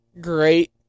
great